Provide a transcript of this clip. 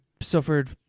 suffered